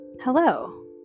hello